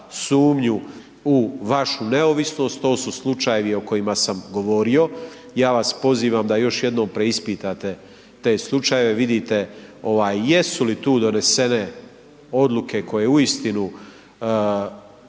sumnju u vašu neovisnost, to su slučajevi o kojima sam govorio. Ja vas pozivam da još jednom preispitate te slučajeve, tu donesene odluke koje uistinu